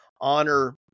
honor